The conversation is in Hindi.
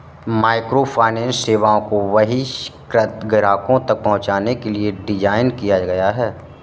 माइक्रोफाइनेंस सेवाओं को बहिष्कृत ग्राहकों तक पहुंचने के लिए डिज़ाइन किया गया है